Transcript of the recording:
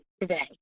today